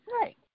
Right